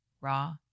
raw